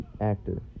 actor